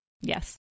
Yes